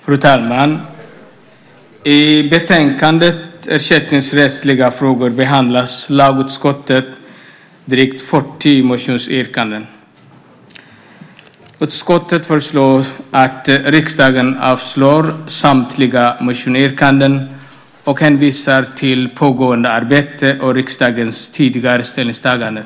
Fru talman! I betänkandet Ersättningsrättsliga frågor behandlar lagutskottet drygt 40 motionsyrkanden. Utskottet föreslår att riksdagen avslår samtliga motionsyrkanden och hänvisar till pågående arbete och riksdagens tidigare ställningstaganden.